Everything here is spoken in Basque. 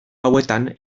hauetan